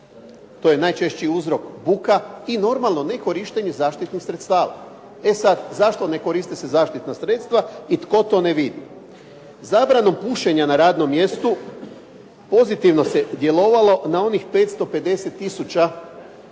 To je najčešći uzrok buka i normalno, nekorištenje zaštitnih sredstava. E sad, zašto ne koriste se zaštitna sredstva i tko to ne vidi? Zabranom pušenja na radnom mjestu pozitivno se djelovalo na onih 550 tisuća